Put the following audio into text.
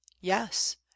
yes